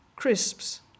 crisps